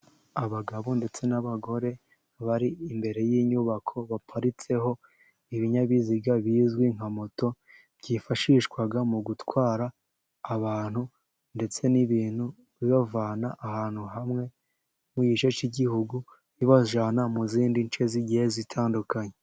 Abagabo ndetse n'abagore bari imbere y'inyubako baparitseho ibinyabiziga bizwi nka moto, byifashishwa mu gutwara abantu ndetse n'ibintu babivana ahantu hamwe mu gice cy'igihugu babijyana mu zindi nce, zigiye zitandukanye.